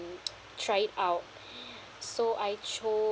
try it out so I chose